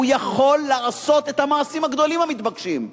הוא יכול לעשות את המעשים הגדולים המתבקשים.